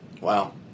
Wow